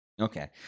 Okay